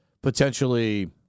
Potentially